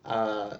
ah